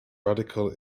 radical